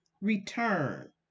return